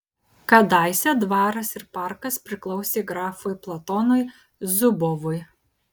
kadaise dvaras ir parkas priklausė grafui platonui zubovui